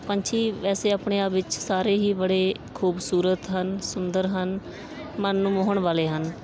ਪੰਛੀ ਵੈਸੇ ਆਪਣੇ ਆਪ ਵਿੱਚ ਸਾਰੇ ਹੀ ਬੜੇ ਖੂਬਸੂਰਤ ਹਨ ਸੁੰਦਰ ਹਨ ਮਨ ਨੂੰ ਮੋਹਣ ਵਾਲੇ ਹਨ